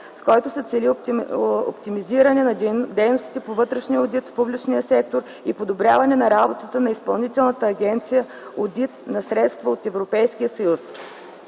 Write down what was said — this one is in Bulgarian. с който се цели оптимизиране на дейностите по вътрешния одит в публичния сектор и подобряване на работата на Изпълнителна агенция „Одит на средства от Европейския съюз”.